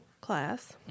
class